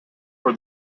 for